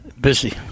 Busy